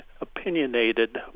opinionated